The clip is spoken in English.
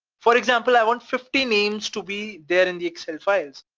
for example, i want fifty names to be there in the excel files.